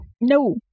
No